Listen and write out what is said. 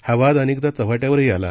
हावादअनेकदाचव्हाट्यावरहीआला